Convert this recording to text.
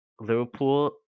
Liverpool